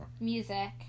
Music